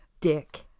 dick